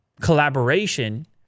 collaboration